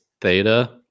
theta